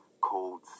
cold